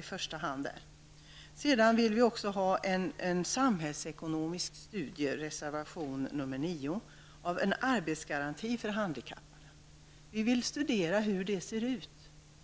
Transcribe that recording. Vi vill att det skall göras en samhällsekonomisk studie av en arbetsgaranti för handikappade. Detta behandlas i reservation nr 9. Vi vill studera hur situationen ser ut,